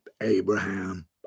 Abraham